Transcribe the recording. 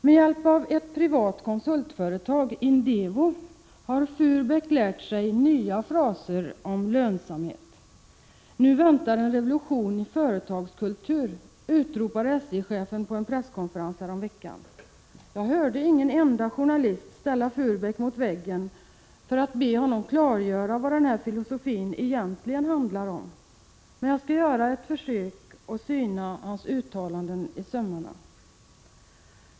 Med hjälp av ett privat konsultföretag, Indevo, har Furbäck lärt sig nya fraser om lönsamhet: ”Nu väntar en revolution i företagskultur”, utropade SJ:chefen på en presskonferens häromveckan. Jag hörde ingen enda journalist ställa Furbäck mot väggen för att be honom klargöra vad filosofin egentligen handlar om. Jag skall göra ett försök att syna hans uttalanden i sömmarna.